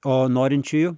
o norinčiųjų